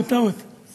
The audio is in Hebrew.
קשוח, היושב-ראש.